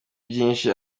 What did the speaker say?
byinshi